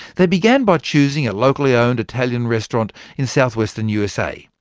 they began by choosing a locally owned italian restaurant in south-western usa.